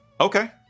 Okay